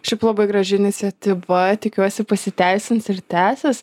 šiaip labai graži iniciatyva tikiuosi pasiteisins ir tęsis